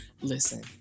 listen